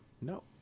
No